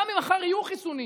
גם אם מחר יהיו חיסונים,